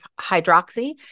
hydroxy